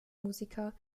musiker